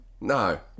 No